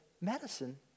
medicine